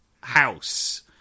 house